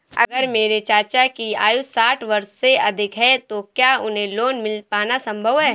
अगर मेरे चाचा की आयु साठ वर्ष से अधिक है तो क्या उन्हें लोन मिल पाना संभव है?